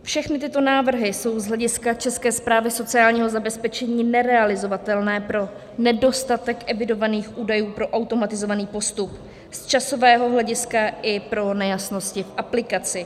Všechny tyto návrhy jsou z hlediska České správy sociálního zabezpečení nerealizovatelné pro nedostatek evidovaných údajů pro automatizovaný postup z časového hlediska i pro nejasnosti v aplikaci.